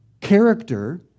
character